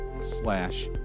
slash